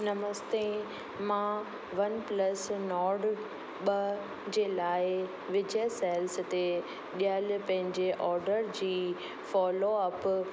नमस्ते मां OnePlus नौड ॿ जे लाइ विजय सेल्स ते ॾियल पंहिंजे ओडर जी फॉलोअप